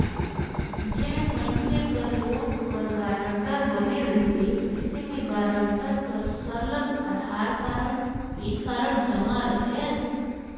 जेन मइनसे कर लोन कर गारंटर बने रहिबे अइसे में गारंटर कर सरलग अधार कारड, पेन कारड जमा रहेल